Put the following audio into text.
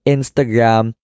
Instagram